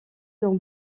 dans